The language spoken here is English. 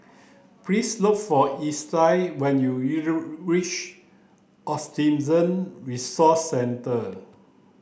please look for Estie when you reach Autism Resource Centre